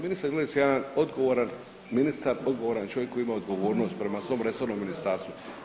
Ministar Grlić je jedan odgovoran ministar, odgovoran je čovjek koji ima odgovornost prema svom resornom ministarstvu.